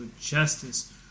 justice